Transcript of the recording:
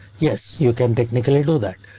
yes, you can technically do that,